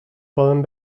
poden